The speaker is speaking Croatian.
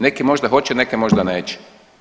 Neke možda hoće, neke možda neće.